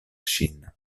ŝin